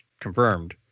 confirmed